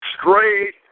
Straight